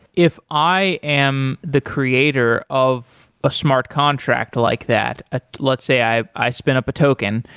if i am the creator of ah smart contract like that, ah let's say i i spin up a token,